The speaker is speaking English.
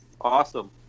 Awesome